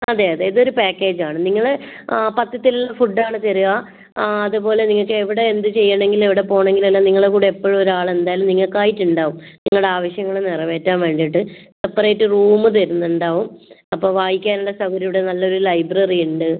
അതെ അതെ ഇതൊരു പാക്കേജ് ആണ് നിങ്ങൾ പത്ത്യത്തിൽ ഫുഡ്ഡാണ് തരിക അതുപോലെ നിങ്ങൾക്ക് എവിടെ എന്ത് ചെയ്യണമെങ്കിലും എവിടെ പോകണമെങ്കിലും എല്ലാം നിങ്ങളെ കൂടെ എപ്പോഴും ഒരാൾ എന്തായാലും നിങ്ങൾക്കായിട്ട് ഉണ്ടാവും നിങ്ങളുടെ ആവശ്യങ്ങൾ നിറവേറ്റാൻ വേണ്ടിയിട്ട് സെപ്പറേറ്റ് റൂമ് തരുന്നുണ്ടാവും അപ്പോൾ വായിക്കാനുള്ള സൗകര്യം ഇവിടെ നല്ലൊരു ലൈബ്രറി ഉണ്ട്